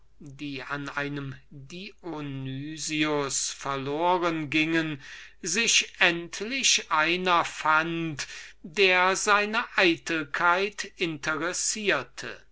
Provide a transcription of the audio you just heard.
die an einem dionysius verloren gingen endlich auch den einzigen traf der seine eitelkeit interessierte